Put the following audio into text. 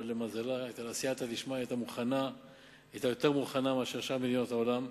אבל למזלה היה לה סייעתא דשמיא והיא היתה יותר מוכנה משאר מדינות העולם.